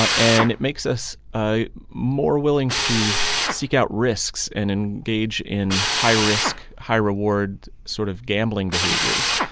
ah and it makes us ah more willing to seek out risks and engage in high-risk, high-reward sort of gambling behaviors.